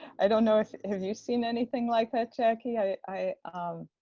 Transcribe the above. i don't know if have you seen anything like that, jackie. i i